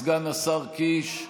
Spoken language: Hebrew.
סגן השר קיש,